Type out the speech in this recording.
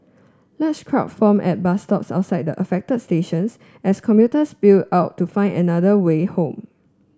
large crowd formed at bus stops outside the affected stations as commuters spilled out to find another way home